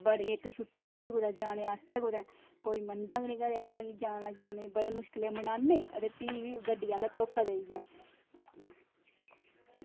बड़ी इक्क छुट्टी होंदी कुदै जाने आस्तै कोई मनदा गै नेईं कुदै जाने आस्तै बड़ी मुश्किल कन्नै मनान्ने ते भी बी गड्डी आह्ला धोखा देई गेआ